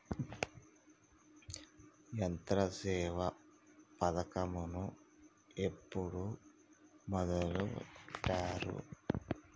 యంత్రసేవ పథకమును ఎప్పుడు మొదలెట్టారు?